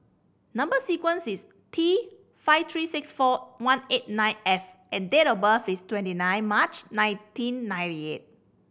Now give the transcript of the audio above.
number sequence is T five three six four one eight nine F and date of birth is twenty nine March nineteen ninety eight